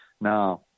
Now